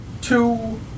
two